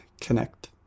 connect